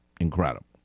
incredible